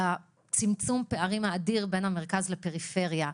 על צמצום פערים אדיר בין המרכז לפריפריה.